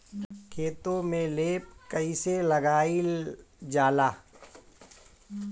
खेतो में लेप कईसे लगाई ल जाला?